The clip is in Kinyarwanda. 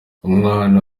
umwana